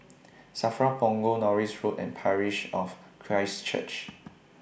SAFRA Punggol Norris Road and Parish of Christ Church